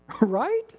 Right